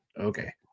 okay